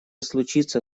случится